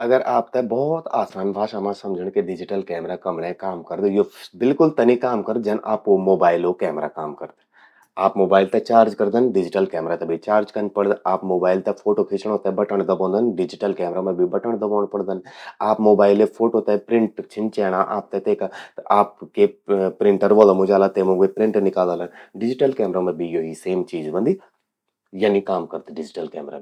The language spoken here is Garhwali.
अगर आपते भौत आसान भाषा मां समझण कि डिजिटल कैमरा कमण्यें काम करद, यो बिल्कुल तनि काम करद जन आपो मोबाइलो कैमरा काम करद। आप मोबाइल ते चार्ज करदन, डिजिटल कैमरा ते भी चार्ज कन पड़द। अगर आप मोबाइल ते फोटो खींचणों ते बटण दबौंदन तनि डिजिटल कैमरा मां भी बटण दबौण पड़दन। आप मोबाइले फोटो ते प्रिंट छिन चैंणा आपते तेका, त आप के प्रिंटर वला मूं जाला तेमू बे प्रिंट निकालला। डिजिटल कैमरा मां भी यो ही सेम चीज ह्वोंदि। यनी काम करद डिजिटल कैमरा भि।